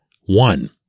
One